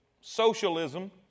socialism